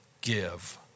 give